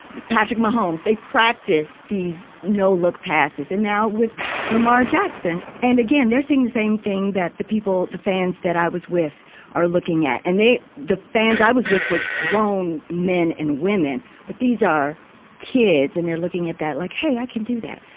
patrick mahomes, they practice these. no look passes. and now with lamar jackson. and again, they're saying the same thing that the people, the fans that i was with are looking at. and they the fans i was with were grown men and women. but these are kids. and they're looking at that like, hey, i can do that.